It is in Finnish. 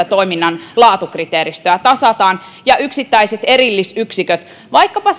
toiminnan laatukriteeristöä tasataan ja yksittäisissä erillisyksiköissä vaikkapa